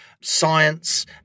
science